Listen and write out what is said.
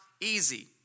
easy